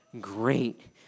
great